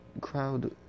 crowd